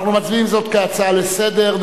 אנחנו מצביעים על זאת כהצעה לסדר-היום.